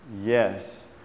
Yes